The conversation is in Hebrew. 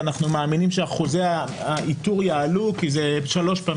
ואנחנו מאמינים שאחוזי האיתור יעלו כי זה שלוש פעמים.